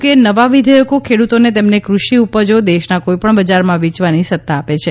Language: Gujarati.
કે નવાં વિધેયકો ખેડૂતોને તેમને કૃષિ ઉપજો દેશનાં કોઈપણ બજારમાં વેચવાની સત્તા આપે છે